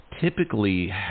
typically